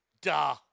Duh